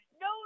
No